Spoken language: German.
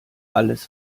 alles